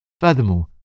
Furthermore